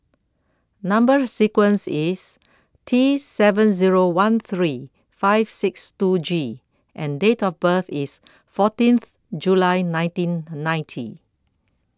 Number Sequence is T seven zero one three five six two G and date of birth is fourteenth July nineteen ninety